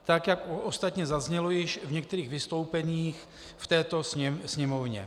Tak jak ostatně zaznělo již v některých vystoupeních v této Sněmovně.